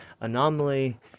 anomaly